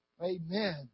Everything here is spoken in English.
Amen